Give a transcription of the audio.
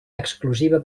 exclusiva